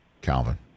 Calvin